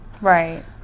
Right